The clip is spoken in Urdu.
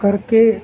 گھر کے